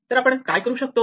तर आपण काय करू शकतो